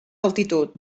altitud